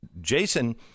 Jason